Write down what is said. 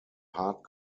hard